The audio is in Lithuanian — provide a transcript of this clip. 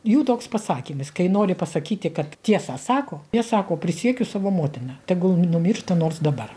jų toks pasakymas kai nori pasakyti kad tiesą sako jie sako prisiekiu savo motina tegul numiršta nors dabar